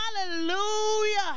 Hallelujah